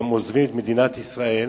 והם עוזבים את מדינת ישראל.